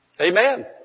Amen